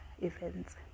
events